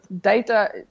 data